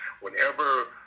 whenever